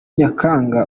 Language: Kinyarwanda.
nyakanga